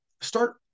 start